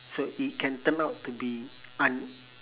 so it can turn out to be un~